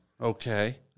Okay